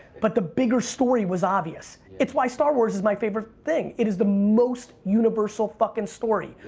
but the bigger story was obvious. it's why star wars is my favorite thing. it is the most universal fuckin' story.